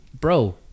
bro